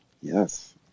Yes